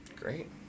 great